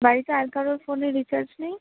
বাড়িতে আর কারোর ফোনে রিচার্জ নেই